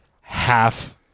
half-